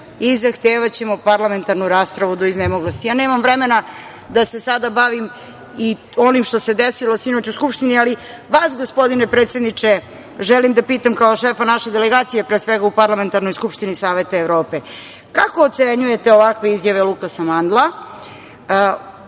i zahtevaćemo parlamentarnu raspravu do iznemoglosti. Nemam vremena da se sada bavim onim što se desilo sinoć u skupštini, ali vas, gospodine predsedniče, želim da pitam kao šefa naše delegacije u Parlamentarnoj skupštini Saveta Evrope – kako ocenjujete ovakve izjave Lukasa Mandla,